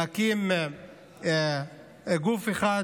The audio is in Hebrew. להקים גוף אחד